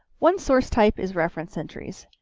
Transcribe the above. one source type is reference entries.